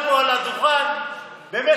מי שעקב וישים לב לפרשת השבוע,